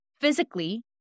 physically